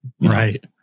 Right